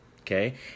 okay